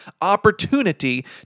opportunity